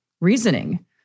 reasoning